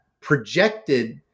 projected